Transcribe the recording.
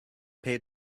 paid